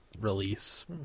release